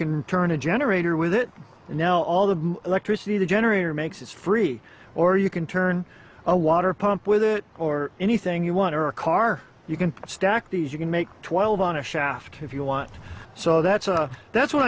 can turn a generator with it and now all the electricity the generator makes is free or you can turn a water pump with it or anything you want to a car you can stack these you can make twelve on a shaft if you want so that's that's what